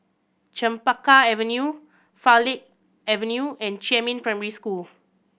Chempaka Avenue Farleigh Avenue and Jiemin Primary School